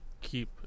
keep